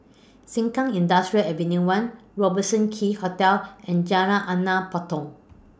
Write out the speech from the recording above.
Sengkang Industrial Ave one Robertson Quay Hotel and Jalan Anak Patong